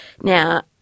now